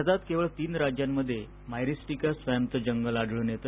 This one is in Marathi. भारतात केवळ तीन राज्यांमध्ये मायरिस्टिका स्वॅम्पचे जंगल आढळून येत